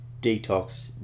detox